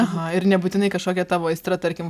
aha ir nebūtinai kažkokia tavo aistra tarkim